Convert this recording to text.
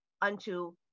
unto